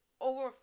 over